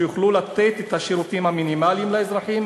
כדי שיוכלו לתת את השירותים המינימליים לאזרחים?